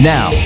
Now